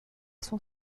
son